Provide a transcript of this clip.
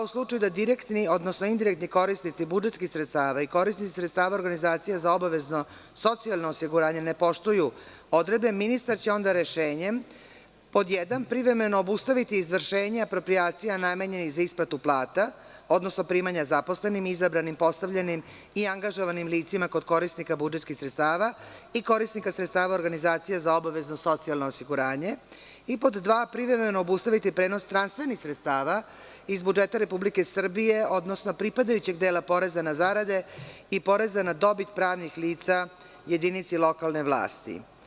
U slučaju da direktni, odnosno indirektni korisnici budžetskih sredstava i korisnici sredstava organizacija za obavezno socijalno osiguranje ne poštuju odredbe, ministar će onda rešenjem: 1) privremeno obustaviti izvršenje aproprijacija namenjenih za isplatu plata, odnosno primanja zaposlenim, izabranim, postavljenim i angažovanim licima kod korisnika budžetskih sredstava i korisnika sredstava organizacija za obavezno socijalno osiguranje i 2) privremeno obustaviti prenos transfernih sredstava iz budžeta Republike Srbije, odnosno pripadajućeg dela poreza na zarade i poreza na dobit pravnih lica jedinici lokalne vlasti.